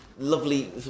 lovely